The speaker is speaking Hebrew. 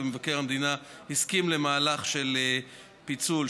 ומבקר המדינה הסכים למהלך של פיצול,